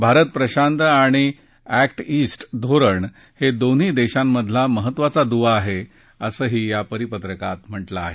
भारत प्रशांत आणि act east धोरण हे दोन्ही देशांमधला महत्त्वाचा दुवा आहे असंही या परिपत्रकात म्हटलं आहे